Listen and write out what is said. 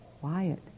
quiet